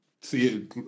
see